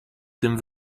tym